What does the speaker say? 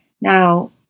Now